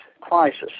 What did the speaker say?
crisis